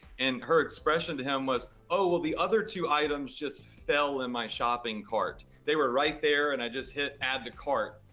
and her expression to him was, oh, well the other two items just fell in my shopping cart. they were right there and i just hit add to cart.